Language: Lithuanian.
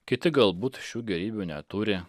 kiti galbūt šių gėrybių neturi